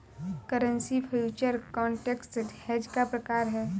currency future contract hedge का प्रकार है